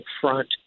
front